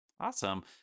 Awesome